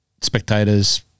spectators